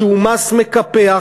שהוא מס מקפח,